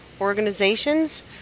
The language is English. organizations